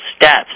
steps